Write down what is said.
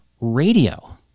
radio